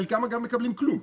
חלקם, אגב, מקבלים כלום.